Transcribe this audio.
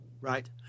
Right